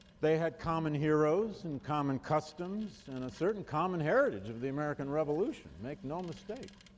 they had common heroes and common customs and a certain common heritage of the american revolution make no mistake.